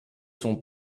son